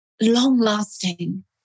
long-lasting